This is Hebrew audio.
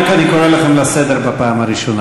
אני קורא לכם לסדר בפעם הראשונה,